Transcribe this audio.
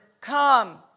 Come